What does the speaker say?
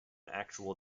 actual